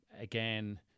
again